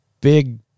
big